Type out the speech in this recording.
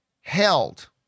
Held